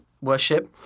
worship